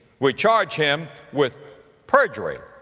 we charge him with perjury.